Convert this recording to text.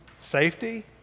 safety